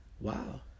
wow